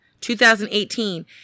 2018